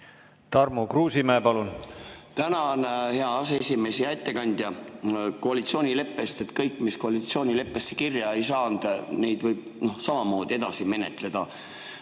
Tarmo Kruusimäe, palun! Tänan, hea aseesimees! Hea ettekandja! Koalitsioonileppest. Kõike, mis koalitsioonileppesse kirja ei saanud, võib samamoodi edasi menetleda.